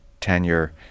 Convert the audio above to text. tenure